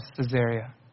Caesarea